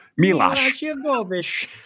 Milash